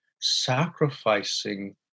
sacrificing